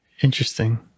Interesting